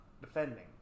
defending